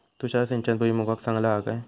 तुषार सिंचन भुईमुगाक चांगला हा काय?